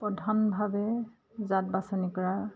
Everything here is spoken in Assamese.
প্ৰধানভাৱে জাত বাছনি কৰা